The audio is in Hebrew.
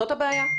זאת הבעיה?